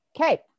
okay